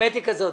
האמת היא כזאת,